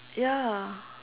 ya